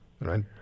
right